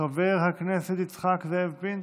חבר הכנסת יצחק זאב פינדרוס,